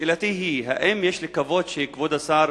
שאלתי היא: האם יש לקוות שכבוד השר,